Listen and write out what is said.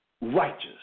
righteous